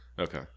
Okay